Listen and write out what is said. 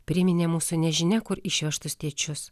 priminė mūsų nežinia kur išvežtus tėčius